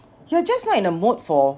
you're just not in the mood for